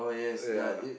ya